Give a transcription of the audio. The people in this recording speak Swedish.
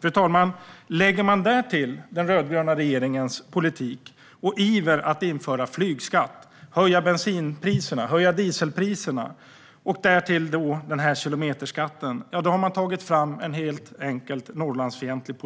Fru talman! Om man lägger den här kilometerskatten till den rödgröna regeringens politik och iver att införa flygskatt, att höja bensinpriserna och att höja dieselpriserna har man tagit fram en politik som helt enkelt är Norrlandsfientlig.